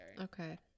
okay